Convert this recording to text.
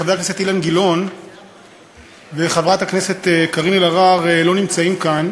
חבר הכנסת אילן גילאון וחברת הכנסת קארין אלהרר לא נמצאים כאן,